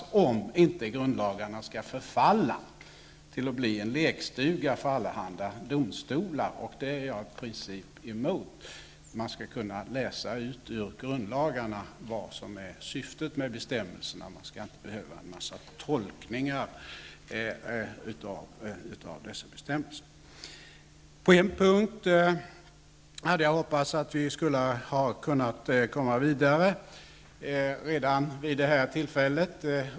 Annars förfaller grundlagarna till att bli till en lekstuga för allehanda domstolar. Det är jag som princip emot. Det skall kunna utläsas i grundlagarna vad syftet är med bestämmelserna. Det skall inte behövas en mängd tolkningar av bestämmelserna. Jag hade hoppats att vi skulle kunna komma vidare på en punkt redan vid det här tillfället.